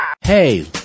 Hey